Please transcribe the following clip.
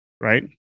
Right